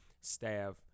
staff